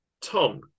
Tom